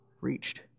reached